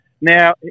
Now